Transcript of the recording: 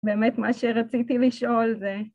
‫באמת, מה שרציתי לשאול זה...